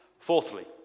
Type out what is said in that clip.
Fourthly